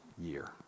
year